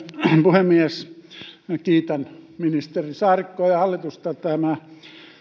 puhemies kiitän ministeri saarikkoa ja hallitusta tämä